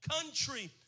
country